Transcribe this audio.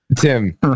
Tim